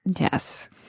Yes